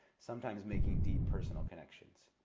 sometimes making deep personal connections.